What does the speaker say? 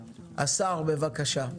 השר, בבקשה.